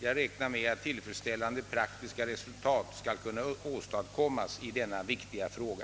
Jag räknar med att tillfredsställande praktiska resultat skall kunna åstadkommas i denna viktiga fråga.